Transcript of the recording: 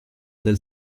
del